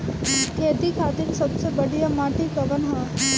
खेती खातिर सबसे बढ़िया माटी कवन ह?